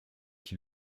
qui